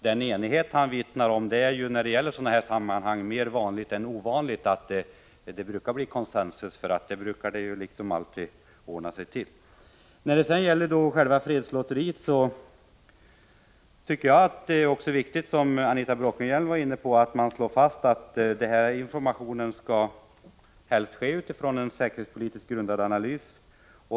Den enighet han vittnar om är i sådana sammanhang mer vanlig än ovanlig; det brukar alltid ordna sig till consensus. I fråga om fredslotteriet tycker också jag att det är viktigt att man, som Anita Bråkenhielm var inne på, slår fast att informationen helst skall ske utifrån en säkerhetspolitiskt grundad analys.